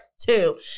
two